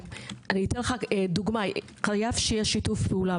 אני אתן דוגמה לכך שמתחייב שיתוף פעולה